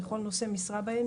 מכל נושא משרה בהן,